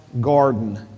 garden